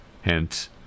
hence